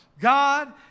God